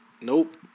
Nope